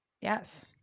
Yes